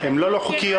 הן לא לא חוקיות.